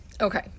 Okay